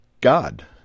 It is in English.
God